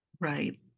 Right